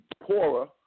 poorer